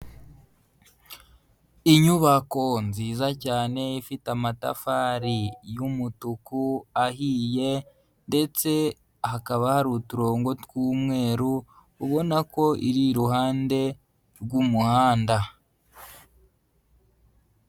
Inyubako nziza cyane ifite amatafari y'umutuku ahiye ndetse hakaba hari uturongo tw'umweru, ubona ko iri iruhande rw'umuhanda.